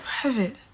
Private